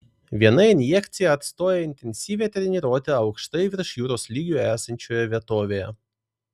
viena injekcija atstoja intensyvią treniruotę aukštai virš jūros lygio esančioje vietovėje